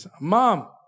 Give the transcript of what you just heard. Mom